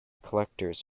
collectors